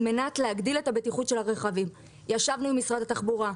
על מנת להגדיל את הבטיחות של הרכבים ישבנו עם משרד התחבורה,